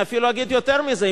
אני אפילו אגיד יותר מזה,